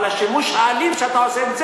אבל השימוש האלים שאתה עושה עם זה,